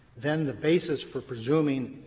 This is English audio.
then the basis for presuming